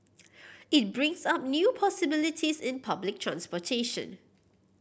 it brings up new possibilities in public transportation